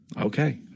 Okay